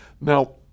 Now